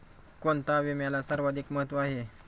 कोणता विम्याला सर्वाधिक महत्व आहे?